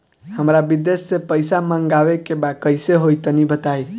हमरा विदेश से पईसा मंगावे के बा कइसे होई तनि बताई?